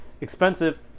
expensive